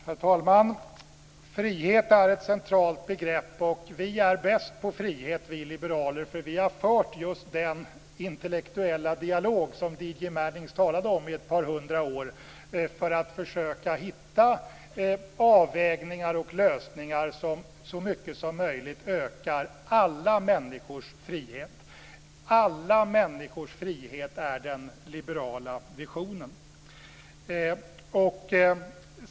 Herr talman! Frihet är ett centralt begrepp. Vi liberaler är bäst på frihet, för vi har i ett par hundra år fört just den intellektuella dialog som D.J. Manning talade om; detta för att försöka hitta avvägningar och lösningar som så mycket som möjligt ökar alla människors frihet. Alla människors frihet är den liberala visionen.